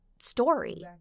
Story